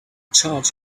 charge